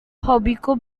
hobiku